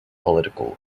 political